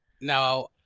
Now